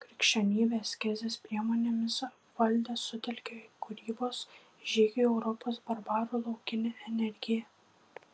krikščionybė askezės priemonėmis apvaldė sutelkė kūrybos žygiui europos barbarų laukinę energiją